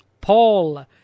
Paul